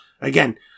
Again